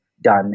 done